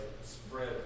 spread